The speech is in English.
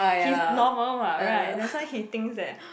he's normal [what] right that's why he thinks that